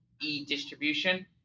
e-distribution